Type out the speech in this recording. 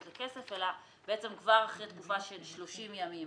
לכסף אלא בעצם כבר אחרי תקופה של 30 ימים